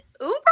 Uber